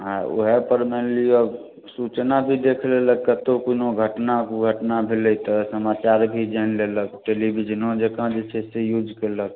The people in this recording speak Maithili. हँ वएहपर मानि लिअऽ सूचना जे देखि लेलक कतहु कोनो घटना दुर्घटना भेलै तऽ समाचारो भी जानि लेलक टेलीविजनो जकाँ जे छै से यूज केलक